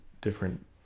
different